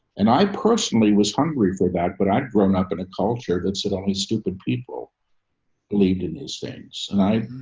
and i personally was hungry for that. but i'd grown up in a culture that said only stupid people lead in these things. and i